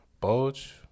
Bulge